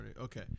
Okay